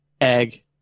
egg